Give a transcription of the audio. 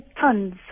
tons